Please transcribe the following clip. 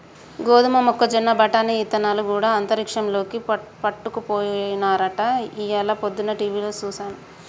గోదమ మొక్కజొన్న బఠానీ ఇత్తనాలు గూడా అంతరిక్షంలోకి పట్టుకపోయినారట ఇయ్యాల పొద్దన టీవిలో సూసాను